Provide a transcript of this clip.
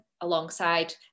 alongside